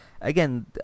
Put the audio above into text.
again